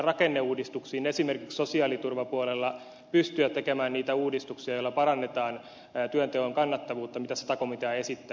esimerkiksi sosiaaliturvapuolella pitää pystyä tekemään niitä uudistuksia joilla parannetaan työnteon kannattavuutta mitä sata komitea esittää